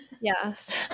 Yes